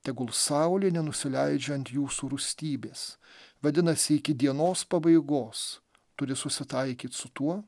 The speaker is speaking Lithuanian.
tegul saulė nenusileidžia ant jūsų rūstybės vadinasi iki dienos pabaigos turi susitaikyt su tuo